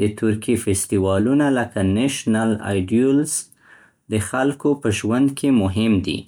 د ترکیې فستیوالونه لکه نیشنل ایډیولز د خلکو په ژوند کې مهم دي.